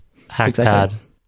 Hackpad